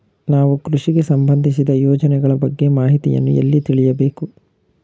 ನಾವು ಕೃಷಿಗೆ ಸಂಬಂದಿಸಿದ ಯೋಜನೆಗಳ ಬಗ್ಗೆ ಮಾಹಿತಿಯನ್ನು ಎಲ್ಲಿ ತಿಳಿಯಬೇಕು?